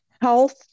health